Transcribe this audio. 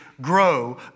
Grow